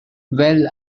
well